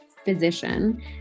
physician